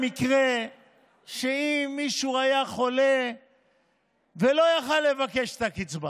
במקרה שמישהו היה חולה ולא יכול היה לבקש את הקצבה